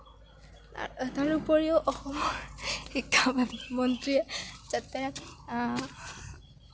তাৰোপৰিও অসমৰ শিক্ষামন্ত্ৰীয়ে যাতে